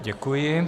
Děkuji.